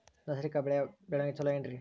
ನೈಸರ್ಗಿಕ ಬೆಳೆಯ ಬೆಳವಣಿಗೆ ಚೊಲೊ ಏನ್ರಿ?